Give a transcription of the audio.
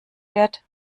wird